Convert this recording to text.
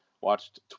watched